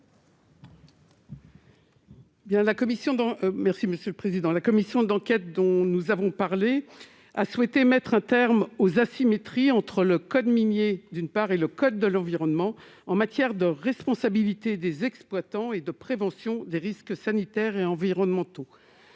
l'amendement n° 960. La commission d'enquête dont nous avons parlé a souhaité mettre un terme aux asymétries existant entre le code minier et le code de l'environnement en matière de responsabilité des exploitants et de prévention des risques sanitaires et environnementaux.